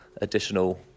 Additional